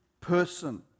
person